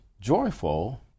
joyful